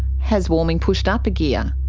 has warming pushed up a gear?